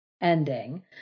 ending